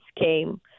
came